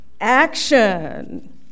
action